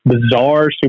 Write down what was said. bizarre